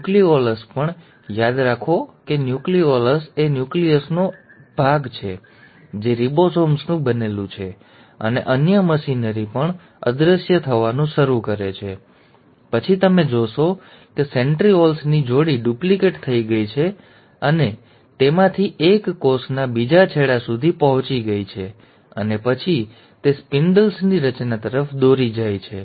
nucleolus પણ યાદ રાખો કે ન્યુક્લિઓલસ એ ન્યુક્લિયસનો એક ભાગ છે જે રિબોસોમ્સનું બનેલું છે અને અન્ય મશીનરી પણ અદૃશ્ય થવાનું શરૂ કરે છે અને પછી તમે જોશો કે સેન્ટ્રિઓલ્સની જોડી ડુપ્લિકેટ થઈ ગઈ છે અને તેમાંથી એક કોષના બીજા છેડા સુધી પહોંચી ગઈ છે અને પછી તે સ્પિન્ડલ્સની રચના તરફ દોરી જાય છે